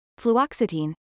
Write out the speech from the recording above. fluoxetine